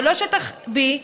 זה לא שטח B,